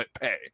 pay